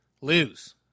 lose